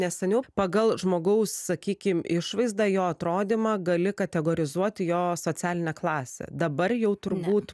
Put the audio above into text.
nes seniau pagal žmogaus sakykim išvaizdą jo atrodymą gali kategorizuoti jo socialinę klasę dabar jau turbūt